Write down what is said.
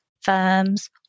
firms